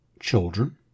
children